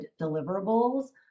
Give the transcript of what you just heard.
deliverables